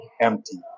empty